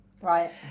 Right